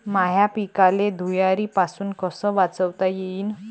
माह्या पिकाले धुयारीपासुन कस वाचवता येईन?